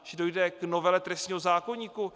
Že dojde k novele trestního zákoníku?